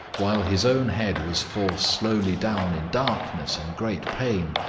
while his own head was forced slowly down in darkness and great pain,